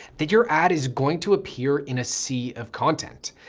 that your ad is going to appear in a sea of content.